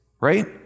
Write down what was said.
right